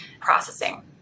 processing